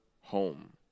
home